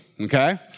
okay